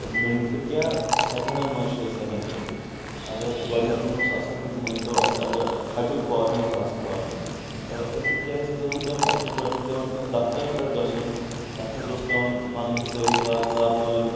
منٹہٕ کیٛاہ سیکینڈن منٛز چھِ أسۍ ہٮ۪کان کٔرتھ اگر گۄڈٕنٮ۪تھ اوس آسان مٲنۍ تو اسہِ اگر حجُک فارم اوس آسان برُن أسۍ کیٛاہ ٲسۍ کٲم کران اسہِ اوس گۄڈٕنٮ۪تھ پٮ۪وان دفترن پٮ۪ٹھ گژھُن تتھ حظ اوس پٮ۪وان پنٕنۍ سٲری کاغذات تُلٕنۍ